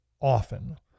often